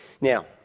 Now